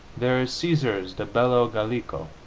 there is caesar's de bello gallico.